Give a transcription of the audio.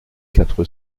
quatre